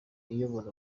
iyoboye